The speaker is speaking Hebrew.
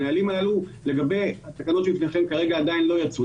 הנהלים האלה לגבי התקנות שבפניכם כרגע עדיין לא יצאו.